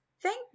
Thank